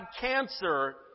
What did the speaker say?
cancer